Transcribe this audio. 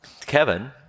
Kevin